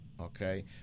okay